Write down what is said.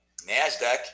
Nasdaq